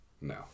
No